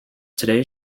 today